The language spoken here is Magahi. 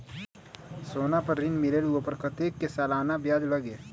सोना पर ऋण मिलेलु ओपर कतेक के सालाना ब्याज लगे?